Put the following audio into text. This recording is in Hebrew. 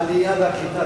העלייה והקליטה,